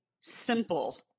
simple